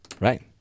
Right